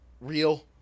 real